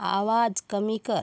आवाज कमी कर